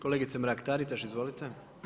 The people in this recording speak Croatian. Kolegice Mrak-Taritaš, izvolite.